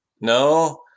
No